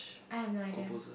I have no idea